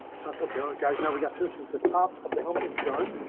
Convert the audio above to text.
okay and guys, now we got this is the top of the helmet is done.